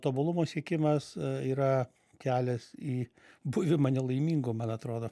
tobulumo siekimas yra kelias į buvimą nelaimingu man atrodo